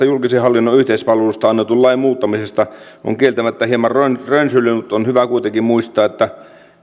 julkisen hallinnon yhteispalvelusta annetun lain muuttamisesta on kieltämättä hieman rönsyillyt mutta on hyvä kuitenkin muistaa että